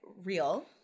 real